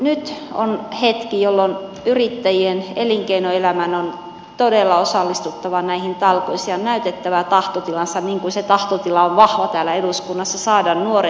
nyt on hetki jolloin yrittäjien elinkeinoelämän on todella osallistuttava näihin talkoisiin ja näytettävä tahtotilansa niin kuin se tahtotila on vahva täällä eduskunnassa saada nuoret ja kaikki töihin